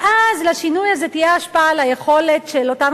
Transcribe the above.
ואז לשינוי הזה תהיה השפעה על היכולת של אותן